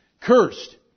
Cursed